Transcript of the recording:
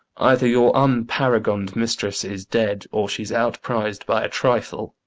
either your unparagon'd mistress is dead, or she's outpriz'd by a trifle.